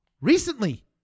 recently